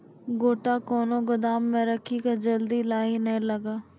गोटा कैनो गोदाम मे रखी की जल्दी लाही नए लगा?